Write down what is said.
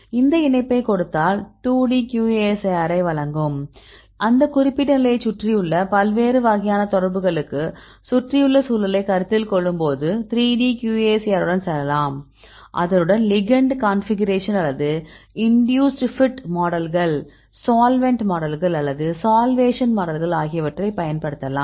அந்த இணைப்பை கொடுத்தால் 2D QSAR ஐ வழங்கும் அந்த குறிப்பிட்ட நிலையைச் சுற்றியுள்ள பல்வேறு வகையான தொடர்புகளுக்கு சுற்றியுள்ள சூழலை கருத்தில் கொள்ளும்போது 3D QSAR உடன் செல்லலாம் அதனுடன் லிகெண்ட் கான்பிகுரேஷன் அல்லது இண்டியூஸ் பிட் மாடல்கள் சால்வன்ட் மாடல்கள் அல்லது சால்வேஷன் மாடல்கள் ஆகியவற்றை பயன்படுத்தலாம்